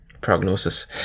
Prognosis